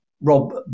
Rob